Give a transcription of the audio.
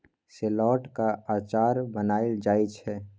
शेलौटक अचार बनाएल जाइ छै